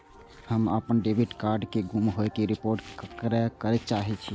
हम अपन debit card के गुम होय के रिपोर्ट करे के चाहि छी